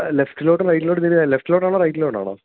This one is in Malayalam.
ലെഫ്റ്റിലോട്ട് റൈറ്റിലോട്ട് തിരിഞ്ഞ ലെഫ്റ്റിലോട്ടാണോ റൈറ്റിലോട്ടാണോ